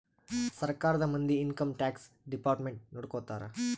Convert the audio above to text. ಸರ್ಕಾರದ ಮಂದಿ income tax department ನೊಡ್ಕೋತರ